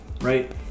right